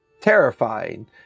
terrifying